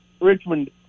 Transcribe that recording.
Richmond